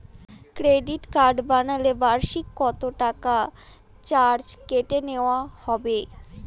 Credit card বানালে বার্ষিক কত টাকা চার্জ কেটে নেওয়া হবে?